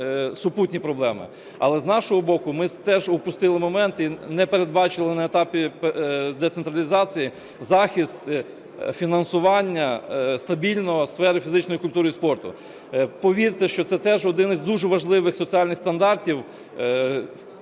супутні проблеми. Але з нашого боку ми теж упустили момент і не передбачили на етапі децентралізації захист фінансування стабільного сфери фізичної культури і спорту. Повірте, що це теж один із дуже важливих соціальних стандартів: